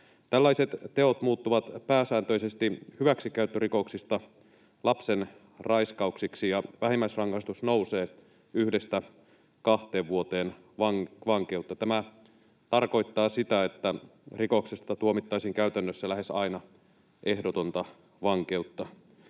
Tällaiset teot muuttuvat pääsääntöisesti hyväksikäyttörikoksista lapsenraiskauksiksi, ja vähimmäisrangaistus nousee yhdestä kahteen vuoteen vankeutta. Tämä tarkoittaa sitä, että rikoksesta tuomittaisiin käytännössä lähes aina ehdotonta vankeutta.